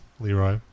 Leroy